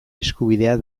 eskubidea